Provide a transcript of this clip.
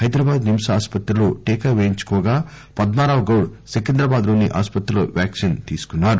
Hyderabad NIMS ఆస్పత్రిలో టీకా పేయించుకోగా పద్మారావుగౌడ్ సికింద్రాబాద్లోని ఆస్పత్రిలో వ్యాక్పిన్ తీసుకున్నార